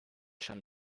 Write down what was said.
schon